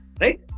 Right